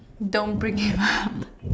don't bring it up